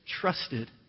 Trusted